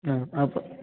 അ അപ്പം